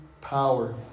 power